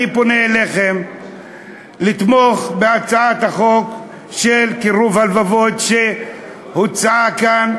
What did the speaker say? אני פונה אליכם לתמוך בהצעת החוק לקירוב הלבבות שהוצעה כאן,